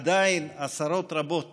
עדיין עשרות רבות